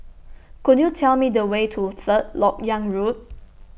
Could YOU Tell Me The Way to Third Lok Yang Road